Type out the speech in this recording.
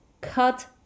cut